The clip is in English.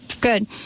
Good